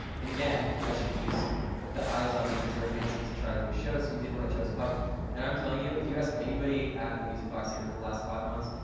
and again, i should use the eyes on me with dear evan hansen to try to do a show. so we did one at joe's pub and i'm telling you if you ask anybody at the music box theatre for the last five months,